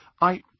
I